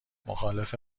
مخالف